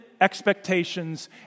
expectations